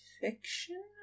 fiction